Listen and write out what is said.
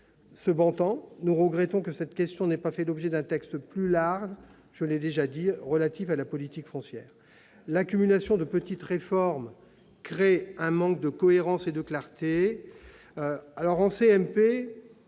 Cependant, nous regrettons que cette question n'ait pas fait l'objet d'un texte plus large relatif à la politique foncière. L'accumulation de petites réformes crée un manque de cohérence et de clarté.